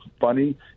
funny